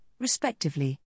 respectively